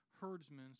herdsmen